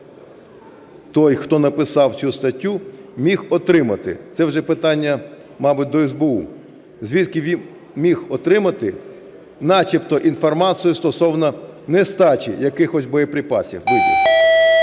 той, хто написав цю статтю, міг отримати. Це вже питання, мабуть, до СБУ. Звідки він міг отримати начебто інформацію стосовно нестачі якихось боєприпасів,